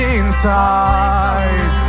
inside